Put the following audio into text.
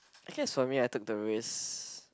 I guess for me I took the risk